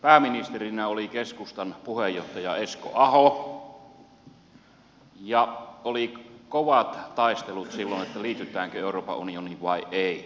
pääministerinä oli keskustan puheenjohtaja esko aho ja silloin oli kovat taistelut että liitytäänkö euroopan unioniin vai ei